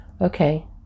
okay